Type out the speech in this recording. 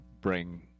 bring